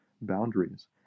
boundaries